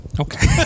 Okay